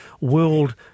World